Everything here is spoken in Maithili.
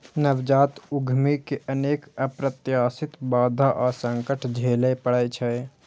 नवजात उद्यमी कें अनेक अप्रत्याशित बाधा आ संकट झेलय पड़ै छै